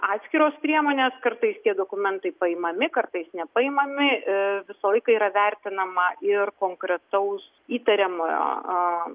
atskiros priemonės kartais tie dokumentai paimami kartais nepaimami visą laiką yra vertinama ir konkretaus įtariamojo asmenybė